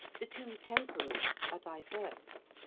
the two temperaments are diverse.